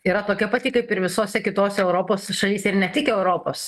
yra tokia pati kaip ir visose kitose europos šalyse ir ne tik europos